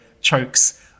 chokes